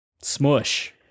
Smush